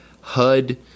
HUD